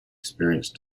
experienced